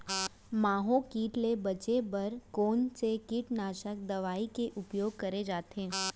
माहो किट ले बचे बर कोन से कीटनाशक दवई के उपयोग करे जाथे?